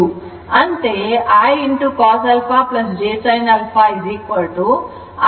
ಅಂತೆಯೇ ICos αjsinα i ji' ಎಂಬುದಾಗಿ ಬರೆಯ ಬರೆಯಬಹುದು